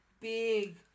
big